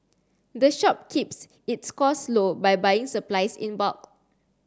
the shop keeps its costs low by buying supplies in bulk